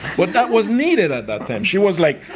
but that was needed at that time. she was like,